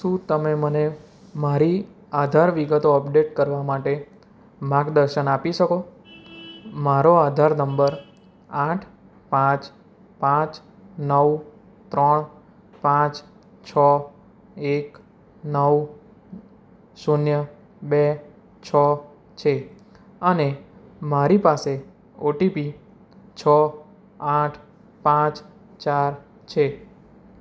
શું તમે મને મારી આધાર વિગતો અપડેટ કરવા માટે માર્ગદર્શન આપી શકો મારો આધાર નંબર આઠ પાંચ પાંચ નવ ત્રણ પાંચ છો એક નવ શૂન્ય બે છો છે અને મારી પાસે ઓટીપી છો આઠ પાંચ ચાર છે